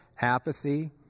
apathy